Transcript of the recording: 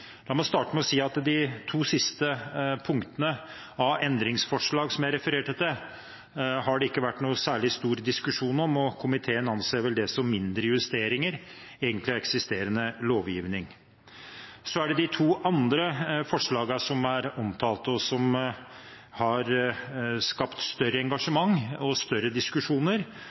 La meg starte med å si at de to siste punktene av endringsforslag som jeg refererte til, har det ikke vært noen særlig stor diskusjon om. Komiteen anser det vel egentlig som mindre justeringer av eksisterende lovgivning. Så er det de to andre forslagene som er omtalt, som har skapt større engasjement og større diskusjoner,